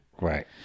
right